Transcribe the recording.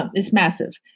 um is massive.